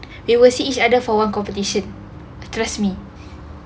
they will see each other for one competition trust me